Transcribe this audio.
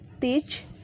teach